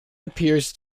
appears